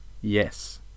yes